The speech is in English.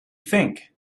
think